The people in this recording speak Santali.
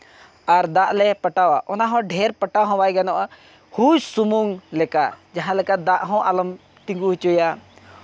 ᱟᱨ ᱫᱟᱜ ᱞᱮ ᱯᱚᱴᱟᱣᱟ ᱚᱱᱟ ᱦᱚᱸ ᱰᱷᱮᱹᱨ ᱯᱚᱴᱟᱣ ᱦᱚᱸ ᱵᱟᱭ ᱜᱟᱱᱚᱜᱼᱟ ᱦᱩᱭ ᱥᱩᱢᱩᱝ ᱞᱮᱠᱟ ᱡᱟᱦᱟᱸ ᱞᱮᱠᱟ ᱫᱟᱜ ᱦᱚᱸ ᱟᱞᱚᱢ ᱛᱤᱸᱜᱩ ᱦᱚᱪᱚᱭᱟ